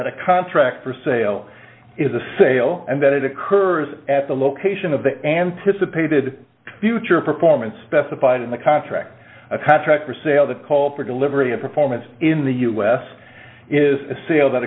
a contract for sale is a sale and that it occurs at the location of the anticipated future performance specified in the contract a contract for sale the call for delivery of performance in the us is a sale that